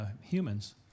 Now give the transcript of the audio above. humans